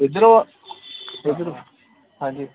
ਇੱਧਰੋ ਉੱਧਰ ਹਾਂਜੀ